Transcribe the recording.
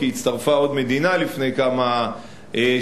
כי הצטרפה עוד מדינה לפני כמה שבועות,